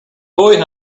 boy